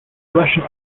russian